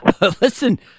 Listen